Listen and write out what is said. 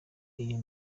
iyo